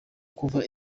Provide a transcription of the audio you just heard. kuva